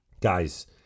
Guys